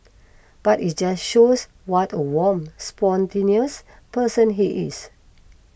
but it just shows what a warm spontaneous person he is